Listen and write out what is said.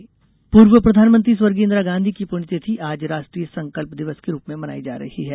संकल्प दिवस पूर्व प्रधानमंत्री स्वर्गीय इंदिरा गांधी की पूण्यतिथि आज राष्ट्रीय संकल्प दिवस के रूप में मनाई जा रही है